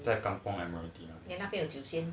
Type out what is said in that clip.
在 kampung 那边